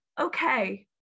okay